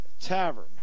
Tavern